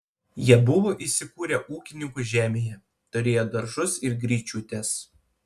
jie buvo įsikūrę ūkininkų žemėje turėjo daržus ir gryčiutes